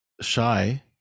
shy